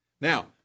Now